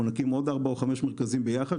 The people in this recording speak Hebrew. אנחנו נקים עוד ארבעה או חמישה מרכזים ביחד,